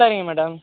சரிங்க மேடம்